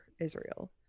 Israel